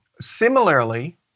Similarly